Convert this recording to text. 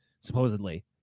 supposedly